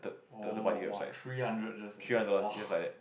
oh !wah! three hundred just !wah!